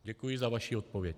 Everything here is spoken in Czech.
Děkuji za vaši odpověď.